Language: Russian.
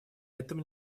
этом